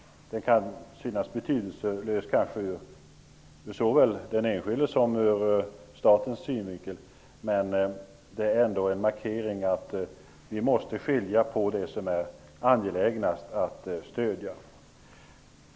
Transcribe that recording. Den kan kanske synas betydelselös ur såväl den enskildes som statens synvinkel, men det är ändå en markering av att vi måste skilja ut det som är angelägnast att stödja.